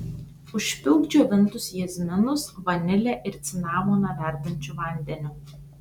užpilk džiovintus jazminus vanilę ir cinamoną verdančiu vandeniu